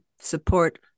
support